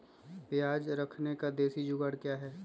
प्याज रखने का देसी जुगाड़ क्या है?